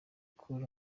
cool